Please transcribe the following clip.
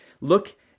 Look